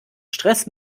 stress